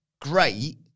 Great